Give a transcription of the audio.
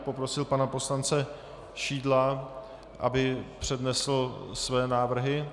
Prosím pana poslance Šidla, aby přednesl své návrhy.